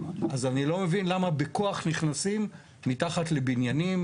אז אני לא מבין למה בכוח נכנסים מתחת לבניינים,